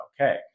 okay